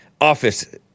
office